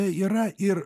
yra ir